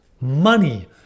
money